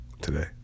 today